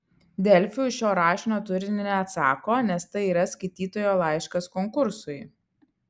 delfi už šio rašinio turinį neatsako nes tai yra skaitytojo laiškas konkursui